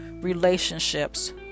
relationships